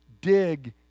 dig